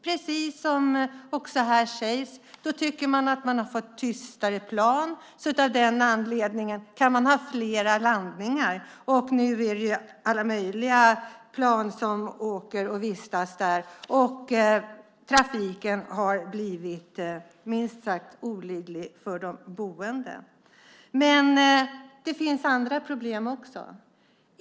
Precis som här sägs tycker man att man har fått tystare plan och av den anledningen kan ha flera landningar. Nu är det alla möjliga plan som åker och vistas där. Trafiken har blivit minst sagt olidlig för de boende. Men det finns andra problem också.